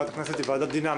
ועדת הכנסת היא ועדה דינמית,